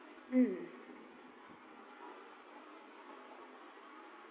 mm